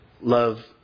love